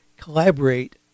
collaborate